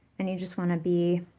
and you just want to be,